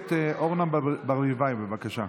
הכנסת אורנה ברביבאי, בבקשה.